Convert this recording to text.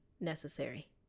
necessary